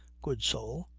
good soul,